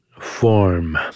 form